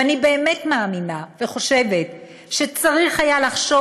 ואני באמת מאמינה וחושבת שצריך היה לחשוב